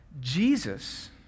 Jesus